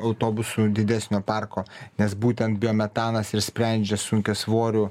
autobusų didesnio parko nes būtent biometanas ir sprendžia sunkiasvorių